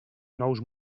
nous